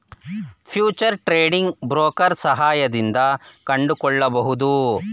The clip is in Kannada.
ಫ್ಯೂಚರ್ ಟ್ರೇಡಿಂಗ್ ಬ್ರೋಕರ್ ಸಹಾಯದಿಂದ ಕೊಂಡುಕೊಳ್ಳಬಹುದು